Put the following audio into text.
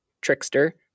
Trickster